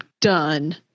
done